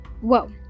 Whoa